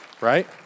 Right